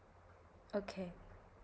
okay